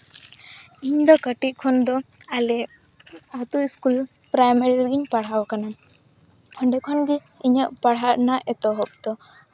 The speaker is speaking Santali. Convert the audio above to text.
ᱤᱧ ᱫᱚ ᱠᱟᱹᱴᱤᱡ ᱠᱷᱚᱱ ᱫᱚ ᱟᱞᱮ ᱟᱹᱛᱩ ᱤᱥᱠᱩᱞ ᱯᱨᱟᱭᱢᱟᱨᱤ ᱨᱤᱧ ᱯᱟᱲᱦᱟᱣ ᱟᱠᱟᱱᱟ ᱚᱸᱰᱮ ᱠᱷᱚᱱᱜᱮ ᱤᱧᱟᱹᱜ ᱯᱟᱲᱦᱟᱜ ᱨᱮᱱᱟᱜ ᱮᱛᱚᱦᱚᱵ ᱫᱚ